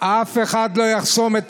זה לא חופש ביטוי, זאת הסתה.